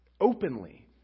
openly